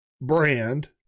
brand